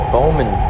Bowman